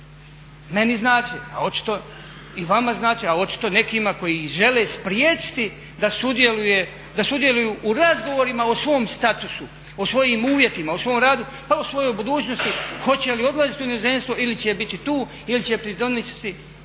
Meni znače, a očito i vama znače, a očito nekima koji ih žele spriječiti da sudjeluju u razgovorima o svom statusu, o svojim uvjetima, o svom radu pa i o svojoj budućnosti hoće li odlaziti u inozemstvo ili će biti tu ili će pridonijeti